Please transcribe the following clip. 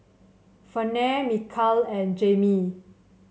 Ferne Mikal and Jaimie